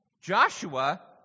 Joshua